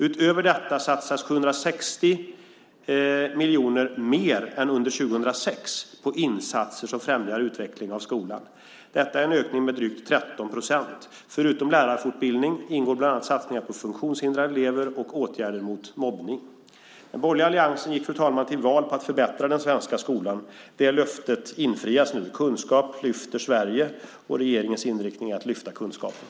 Utöver detta satsas 760 miljoner kronor mer än under 2006 på insatser som främjar utveckling av skolan. Det är en ökning med drygt 13 procent. Förutom lärarfortbildning ingår bland annat satsningar på funktionshindrade elever och åtgärder mot mobbning. Fru talman! Den borgerliga alliansen gick till val på att förbättra den svenska skolan. Det löftet infrias nu. Kunskap lyfter Sverige. Regeringens inriktning är att lyfta kunskapen.